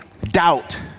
doubt